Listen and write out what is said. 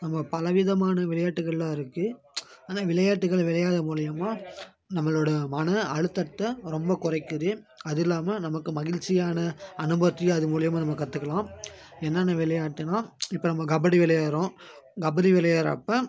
நம்ம பல விதமான விளையாட்டுகள் எல்லாம் இருக்கு ஆனால் விளையாட்டுகள் விளையாலது மூலியமாக நம்மளோட மன அழுத்தத்தை ரொம்ப கொறைக்கிது அதுவும் இல்லாம நமக்கு மகிழ்ச்சியான அனுபவத்தையும் அது மூலியமாக நம்ம கற்றுக்கலாம் என்னென்ன விளையாட்டுன்னா இப்போ நம்ம கபடி விளையாடுறோம் கபடி விளையாட்றப்போ